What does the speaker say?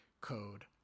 code